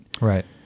Right